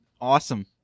Awesome